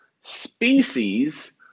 species